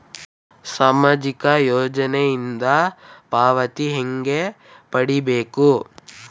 ಸಾಮಾಜಿಕ ಯೋಜನಿಯಿಂದ ಪಾವತಿ ಹೆಂಗ್ ಪಡಿಬೇಕು?